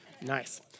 Nice